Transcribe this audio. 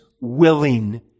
willing